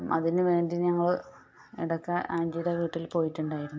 അതിനു വേണ്ടി ഞങ്ങൾ ഇടക്ക് ആൻറ്റിയുടെ വീട്ടിൽ പോയിട്ടുണ്ടായിരുന്നു